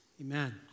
amen